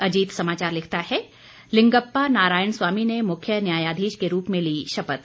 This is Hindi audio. अजीत समाचार लिखता है लिंगप्पा नारायण स्वामी ने मुख्य न्यायाधीश के रूप में ली शपथ